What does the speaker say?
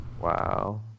Wow